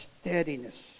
steadiness